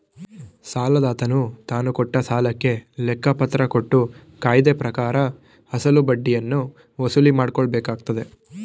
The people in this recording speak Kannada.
ಸಾಲದಾತನು ತಾನುಕೊಟ್ಟ ಸಾಲಕ್ಕೆ ಲೆಕ್ಕಪತ್ರ ಕೊಟ್ಟು ಕಾಯ್ದೆಪ್ರಕಾರ ಅಸಲು ಬಡ್ಡಿಯನ್ನು ವಸೂಲಿಮಾಡಕೊಳ್ಳಬೇಕಾಗತ್ತದೆ